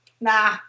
Nah